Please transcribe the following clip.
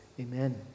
Amen